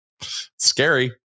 scary